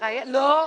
לא.